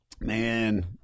Man